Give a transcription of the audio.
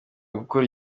gukura